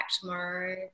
tomorrow